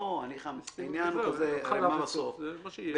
ישימו וזהו, מה שיהיה יהיה.